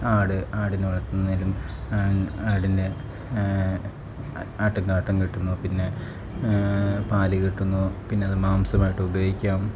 ആട് ആടിനെ വളർത്തുന്നതിലും ആടിൻ്റെ ആട്ടും കാട്ടം കിട്ടുന്നു പാൽ കിട്ടുന്നു പിന്നെ അത് മാംസമായിട്ട് ഉപയോഗിക്കാം